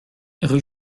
rue